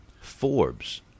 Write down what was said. Forbes